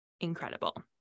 Incredible